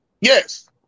Yes